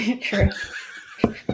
True